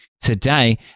today